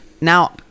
Now